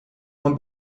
uma